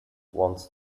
wants